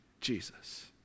Jesus